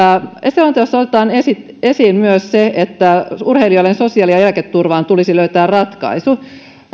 selonteossa otetaan esiin myös se että urheilijoiden sosiaali ja eläketurvaan tulisi löytää ratkaisu